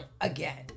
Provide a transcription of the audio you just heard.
again